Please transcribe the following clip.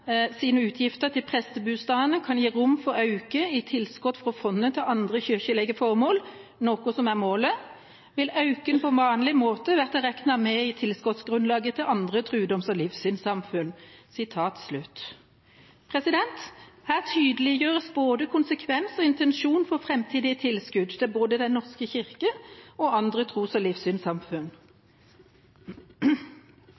sine utgifter til prestebustadene kan gi rom for auke i tilskott frå fondet til andre kyrkjelege formål, noko som er målet, vil auken på vanleg måte verta rekna med i tilskottsgrunnlaget til andre trudoms- og livssynssamfunn.» Her tydeliggjøres konsekvens og intensjon for framtidige tilskudd til både Den norske kirke og andre tros- og livssynssamfunn.